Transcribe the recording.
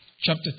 chapter